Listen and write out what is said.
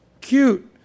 Cute